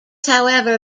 however